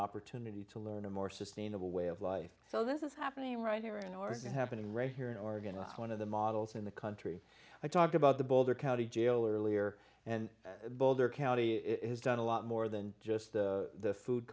opportunity to learn a more sustainable way of life so this is happening right here on earth and happening right here in oregon one of the models in the country i talked about the boulder county jail earlier and boulder county has done a lot more than just the food